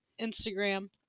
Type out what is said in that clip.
Instagram